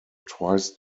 twice